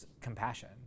compassion